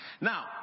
Now